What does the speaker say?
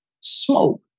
smoke